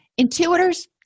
Intuitors